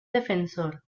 defensor